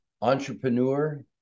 entrepreneur